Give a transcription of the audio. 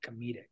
comedic